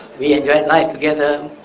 we enjoyed life together,